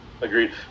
Agreed